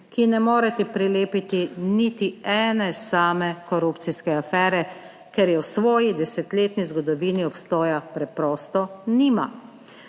ji ne morete prilepiti niti ene same korupcijske afere, ker je v svoji desetletni zgodovini obstoja preprosto nima.